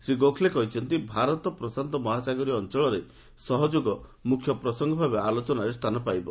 ଶ୍ରୀ ଗୋଖଲେ କହିଛନ୍ତି ଭାରତ ପ୍ରଶାନ୍ତ ମହାସାଗରୀୟ ଅଞ୍ଚଳରେ ସହଯୋଗ ମ୍ରଖ୍ୟ ପ୍ରସଙ୍ଗ ଭାବେ ଆଲୋଚନାରେ ସ୍ଥାନ ପାଇବ